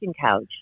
couch